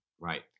Right